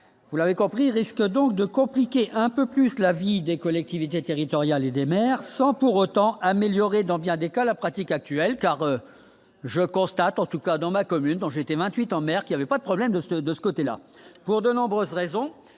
vous l'avez compris risque donc de compliquer un peu plus la vie des collectivités territoriales et des mères sans pour autant améliorer dans bien des cas, la pratique actuelle car je constate en tout cas dans ma commune, dont j'étais 28 ans, mère qui avait, pas de problème de ce de ce côté-là pour de nombreuses raisons,